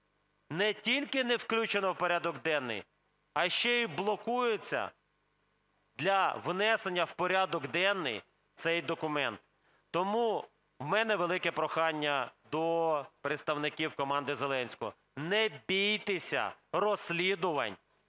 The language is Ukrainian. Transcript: не тільки не включено в порядок енний, а ще й блокується для внесення в порядок денний цей документ. Тому в мене велике прохання до представників команди Зеленського: не бійтеся розслідувань